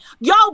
Yo